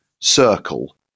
circle